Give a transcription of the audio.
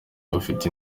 bafite